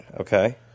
okay